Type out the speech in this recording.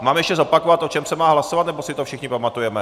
Mám ještě zopakovat, o čem se má hlasovat, nebo si to všichni pamatujeme?